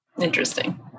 interesting